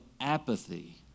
apathy